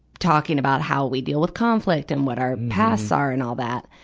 talking about how we deal with conflict and what our pasts are and all that.